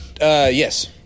Yes